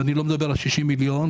ואני לא מדבר על ה-60 מיליון,